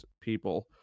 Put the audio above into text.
people